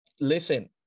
Listen